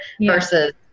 versus